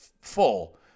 full